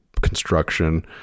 construction